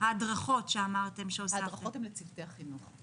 ההדרכות הן לצוותי החינוך.